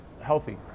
healthy